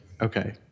okay